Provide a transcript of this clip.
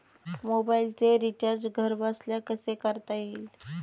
मोबाइलचे रिचार्ज घरबसल्या कसे करता येईल?